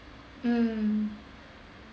mm